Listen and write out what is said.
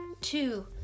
Two